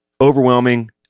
overwhelming